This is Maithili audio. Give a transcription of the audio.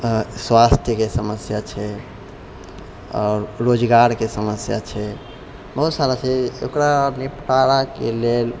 तऽ स्वास्थ्यके समस्या छै आओर रोजगारके समस्या छै बहुत सारा चीज ओकरा निपटाराके लेल